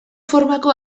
formako